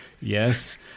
Yes